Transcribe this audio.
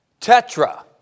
Tetra